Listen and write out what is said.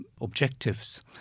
objectives